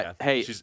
Hey